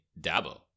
Dabo